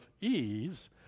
ease